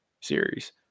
Series